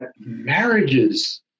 marriages